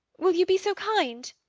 will you be so kind?